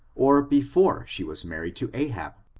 or be fore she was married to ahab.